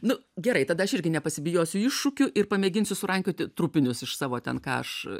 nu gerai tada aš irgi nepasibijosiu iššūkių ir pamėginsiu surankioti trupinius iš savo ten ką aš